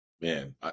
Man